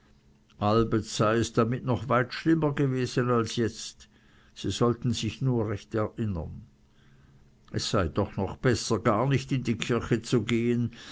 sei es damit noch weit schlimmer gewesen als jetzt sie sollten sich nur recht erinnern es sei doch noch besser gar nicht in die kirche zu gehen